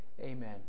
amen